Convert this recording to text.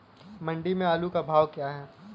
मंडी में आलू का भाव क्या है?